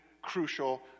Crucial